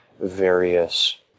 various